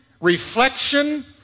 reflection